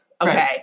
okay